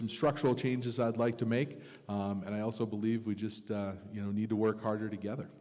some structural changes i'd like to make and i also believe we just you know need to work harder together